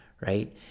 right